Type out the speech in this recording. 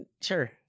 Sure